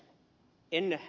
en ed